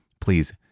please